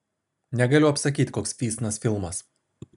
negaliu apsakyti koks fysnas filmas